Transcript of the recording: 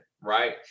right